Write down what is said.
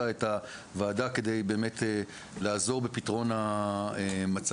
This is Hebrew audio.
את הוועדה כדי באמת לעזור בפתרון המצב.